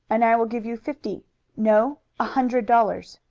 and i will give you fifty no, a hundred dollars.